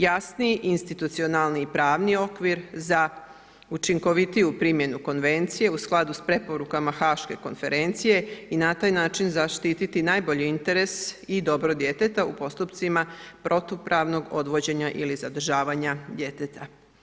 Jasni institucionalni i pravni okvir za učinkovitiju primjenu Konvencije u skladu s preporukama Haške konferencije i na taj način zaštititi najbolji interes i dobro djeteta u postupcima protupravnog odvođenja ili zadržavanja djeteta.